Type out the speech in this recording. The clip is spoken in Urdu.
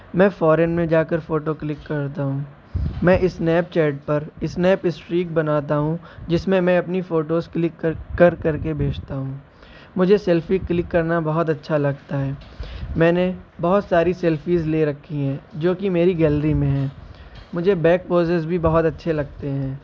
میں فارن میں جا کر فوٹو کلک کرتا ہوں میں اسنیپ چیٹ پر اسنیپ اسٹریک بناتا ہوں جس میں میں اپنی فوٹوز کلک کر کر کر کے بھیجتا ہوں مجھے سیلفی کلک کرنا بہت اچھا لگتا ہے میں نے بہت ساری سیلفیز لے رکھی ہیں جو کہ میری گیلری میں ہیں مجھے بیک پوزیز بھی بہت اچھے لگتے ہیں